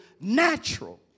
natural